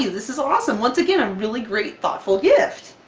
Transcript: this is awesome! once again a really great, thoughtful gift!